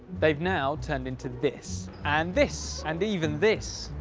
they've now turned into this, and this, and even this.